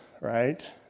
right